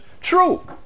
True